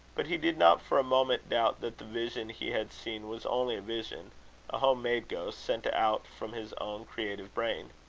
but he did not for a moment doubt that the vision he had seen was only a vision a home-made ghost, sent out from his own creative brain.